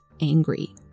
angry